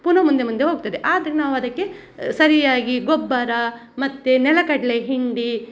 ಪುನಃ ಮುಂದೆ ಮುಂದೆ ಹೋಗ್ತದೆ ಆದರೆ ನಾವದಕ್ಕೆ ಸರಿಯಾಗಿ ಗೊಬ್ಬರ ಮತ್ತೆ ನೆಲಕಡಲೆ ಹಿಂಡಿ